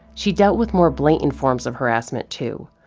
she dealt with more blatant forms of harassment too.